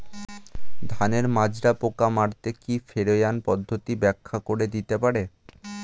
ধানের মাজরা পোকা মারতে কি ফেরোয়ান পদ্ধতি ব্যাখ্যা করে দিতে পারে?